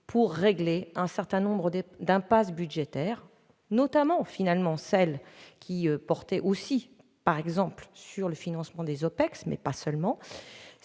pour régler un certain nombre d'impasses budgétaires, notamment celle qui portait, par exemple, sur le financement des OPEX, mais pas seulement.